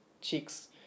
cheeks